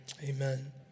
Amen